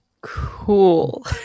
cool